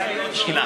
שאלה.